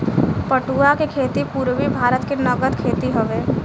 पटुआ के खेती पूरबी भारत के नगद खेती हवे